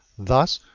thus,